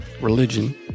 religion